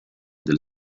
del